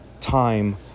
time